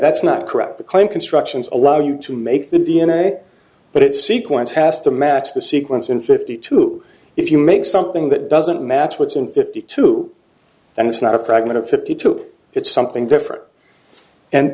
that's not correct the claim constructions allow you to make the d n a but it's sequence has to match the sequence in fifty two if you make something that doesn't match what's in fifty two and it's not a fragment of fifty two it's something different